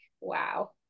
wow